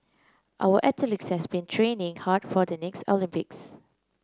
our athletes have been training hard for the next Olympics